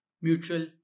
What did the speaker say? mutual